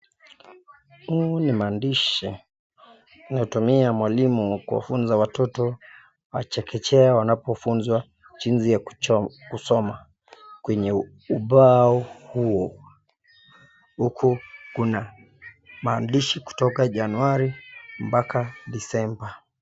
Huu ni mandishi inatumia mwalimu kufunza watoto wa chekechea wanapofunzwa jinzi ya kusoma kwenye ubao huo, huku kuna mandishi kutoka Januari paka Disemba.